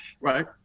Right